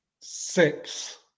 Six